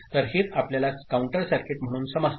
तर हेच आपल्याला काउंटर सर्किट म्हणून समजते